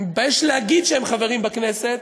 אני מתבייש להגיד שהם חברים בכנסת,